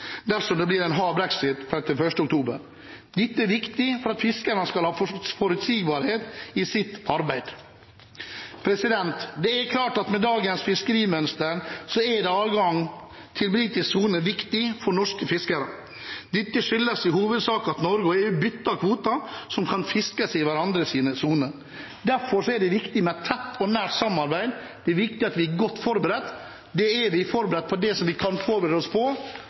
dersom det blir en hard brexit den 31. oktober. Dette er viktig for at fiskerne skal ha forutsigbarhet i sitt arbeid. Det er klart at med dagens fiskerimønster er adgang til britisk sone viktig for norske fiskere. Dette skyldes i hovedsak at Norge og EU bytter kvoten som kan fiskes i hverandres soner. Derfor er det viktig med et tett og nært samarbeid, det er viktig at vi er godt forberedt. Og det er vi. Vi er forberedt på det vi kan forberede oss på,